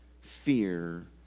fear